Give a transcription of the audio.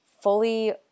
fully